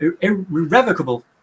irrevocable